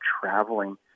traveling